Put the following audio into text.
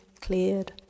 cleared